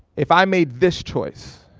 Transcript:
if i made this choice,